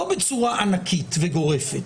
לא בצורה ענקית וגורפת,